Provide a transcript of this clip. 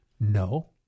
No